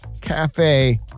Cafe